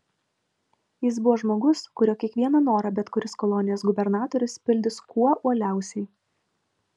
jis buvo žmogus kurio kiekvieną norą bet kuris kolonijos gubernatorius pildys kuo uoliausiai